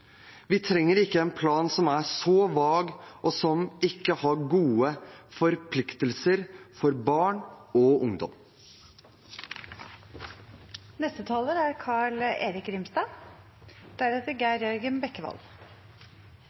Vi trenger ikke en plan som er så vag, og som ikke har gode forpliktelser for barn og